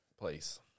place